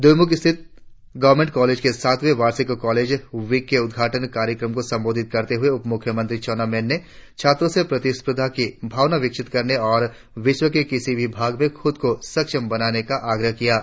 दोईमुख स्थित government college के सातवें वार्षिक कॉजेल विक के उद्घाटन कार्यक्रम को संबोधित करते हुए उप मुख्यमंत्री चाउना मैन ने छात्रों से प्रतिस्पर्धा की भावना विकसित करने और विश्व की किसी भी भाग में खुद को सक्षम बनाने का आग्रह किया है